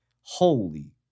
Holy